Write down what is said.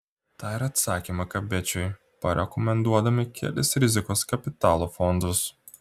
tą ir atsakėme kabečiui parekomenduodami kelis rizikos kapitalo fondus